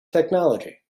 technology